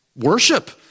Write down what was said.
Worship